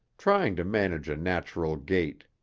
trying to manage a natural gait.